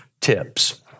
tips